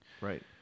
Right